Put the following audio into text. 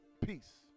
Peace